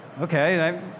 okay